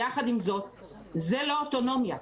יחד עם זאת, זאת לא אוטונומיה.